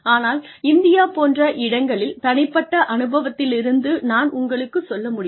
ஆனால் இந்தியா போன்ற இடங்களில் தனிப்பட்ட அனுபவத்திலிருந்து நான் உங்களுக்குச் சொல்ல முடியும்